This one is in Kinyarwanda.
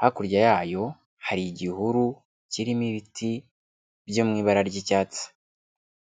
hakurya yayo hari igihuru kirimo ibiti byo mu ibara ry'icyatsi.